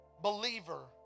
believer